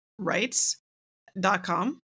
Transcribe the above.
rights.com